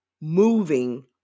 moving